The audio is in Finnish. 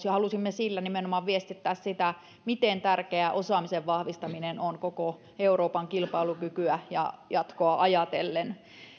ja halusimme sillä nimenomaan viestittää miten tärkeää osaamisen vahvistaminen on koko euroopan kilpailukykyä ja jatkoa ajatellen